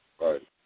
Right